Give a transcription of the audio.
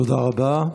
תודה רבה.